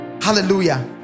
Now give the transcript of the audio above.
Hallelujah